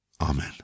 Amen